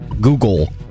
Google